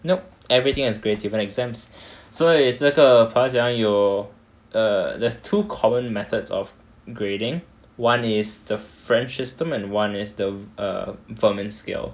nope everything has grades even exams 所以这个爬墙有 err there's two common methods of grading [one] is the french system and one is the err vermin scale